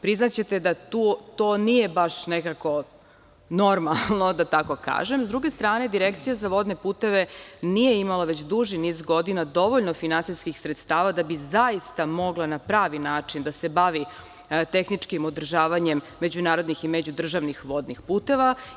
Priznaćete da to nije baš nekako normalno, da tako kaže, sa druge strane Direkcija za vodne puteve nije imala već dužni niz godina dovoljno finansijskih sredstava da bi zaista mogla na pravi način da se bavi tehničkih održavanjem međunarodnih i međudržavnih vodnih puteva.